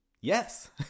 yes